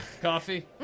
coffee